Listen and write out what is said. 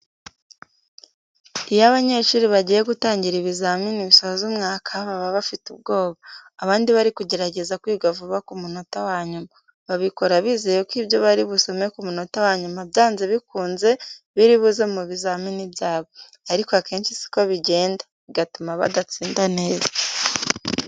Iyo abanyeshuri bagiye gutangira ibizamini bisoza umwaka, baba bafite ubwoba, abandi bari kugerageza kwiga vuba ku munota wanyuma. Babikora bizeye ko ibyo bari busome ku monota wanyuma byanze bikunze biri buze mu bizamini byabo, ariko akenshi siko bigenda, bigatuma badatsinda neza.